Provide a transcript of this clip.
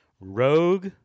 Rogue